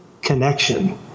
connection